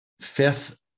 fifth